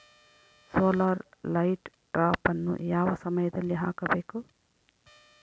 Solar light ಟ್ರಾಪನ್ನು ಯಾವ ಸಮಯದಲ್ಲಿ ಹಾಕಬೇಕು?